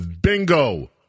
bingo